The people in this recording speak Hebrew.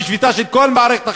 בשביתה של כל מערכת החינוך.